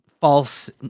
false